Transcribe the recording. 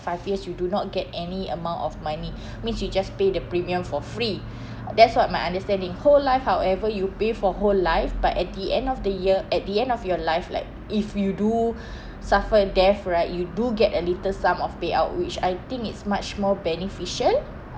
five years you do not get any amount of money means you just pay the premium for free that's what my understanding whole life however you pay for whole life but at the end of the year at the end of your life like if you do suffer death right you do get a little sum of payout which I think it's much more beneficial